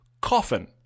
coffin